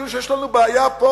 כאילו יש לנו בעיה פה,